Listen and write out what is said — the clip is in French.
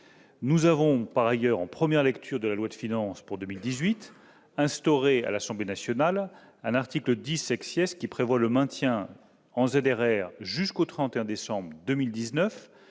nous avons par ailleurs en première lecture de la loi de finances pour 2018 instauré à l'Assemblée nationale à l'article 10 sexy qui prévoit le maintien en ZR jusqu'au 31 décembre 2019